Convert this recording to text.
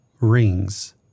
Rings